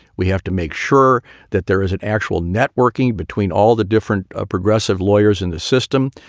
we have to make sure that there is an actual networking between all the different ah progressive lawyers in the system.